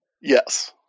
Yes